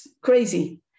crazy